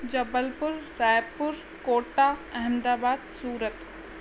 Jabalpur Raipur Kota Ahmedabad Surat